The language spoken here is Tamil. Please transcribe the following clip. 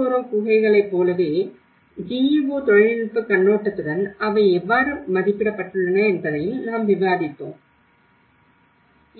பிடல்கோரா குகைகளைப் போலவே GEO தொழில்நுட்ப கண்ணோட்டத்துடன் அவை எவ்வாறு மதிப்பிடப்பட்டுள்ளன என்பதையும் நாம் விவாதித்தோம்